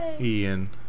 Ian